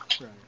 Right